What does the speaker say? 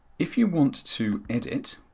if you want to edit,